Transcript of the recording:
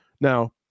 Now